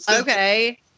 okay